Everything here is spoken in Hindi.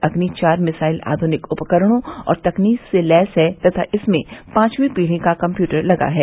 अग्नि चार मिसाइल आधुनिक उपकरणों और तकनीक से लैस है तथा इसमें पांचवी पीढ़ी का कम्यूटर लगा है